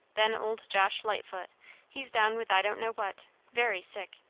then old josh lightfoot he's down with i don't know what very sick.